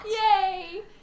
Yay